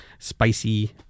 Spicy